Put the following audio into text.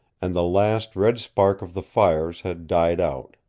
and the last red spark of the fires had died out.